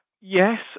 Yes